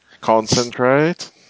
concentrate